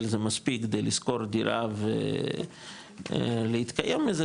זה מספיק כדי לשכור דירה ולהתקיים מזה,